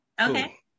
Okay